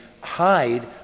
hide